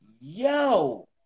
yo